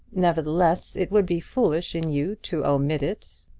nevertheless it would be foolish in you to omit it.